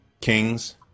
kings